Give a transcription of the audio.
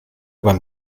beim